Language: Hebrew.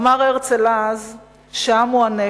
אמר הרצל אז ש"העם הוא הנפש,